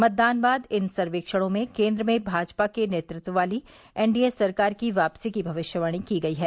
मतदान बाद इन सर्वेक्षणों में केंद्र में भाजपा के नेतृत्व वाली एनडीए सरकार की वापसी की भविष्यवाणी की गई है